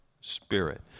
spirit